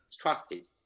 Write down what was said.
trusted